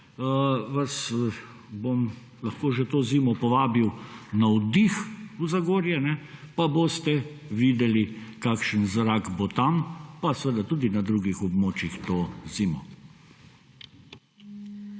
vas bom lahko že to zimo povabil na oddih v Zagorje, pa boste videli, kakšen zrak bo tam pa seveda tudi na drugih območjih to zimo.